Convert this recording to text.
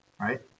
right